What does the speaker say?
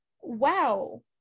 wow